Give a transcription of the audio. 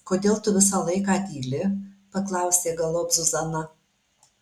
kodėl tu visą laiką tyli paklausė galop zuzana